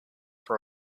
for